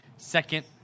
Second